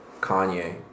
kanye